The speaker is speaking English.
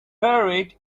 buried